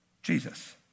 Jesus